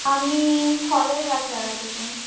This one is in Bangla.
আমি ফলের গাছ লাগাতে চাই